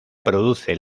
produce